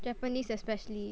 Japanese especially